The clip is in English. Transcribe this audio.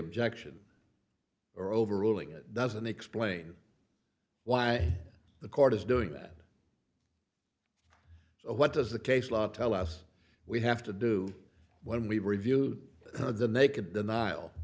objection or overruling it doesn't explain why the court is doing that what does the case law tell us we have to do when we review the naked denial